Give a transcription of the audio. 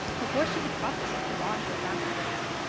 and before she could process it, his arms were around her waist.